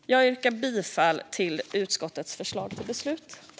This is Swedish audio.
Jag yrkar bifall till utskottets förslag till beslut.